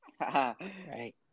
Right